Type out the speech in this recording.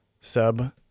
sub